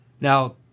Now